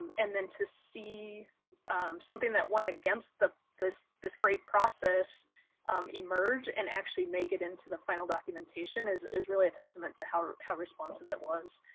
and then to see something that went against the this this great process emerge and actually make it into final documentation is is really a testament to how how responsive it was.